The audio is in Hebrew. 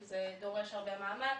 כי זה דורש הרבה מאמץ,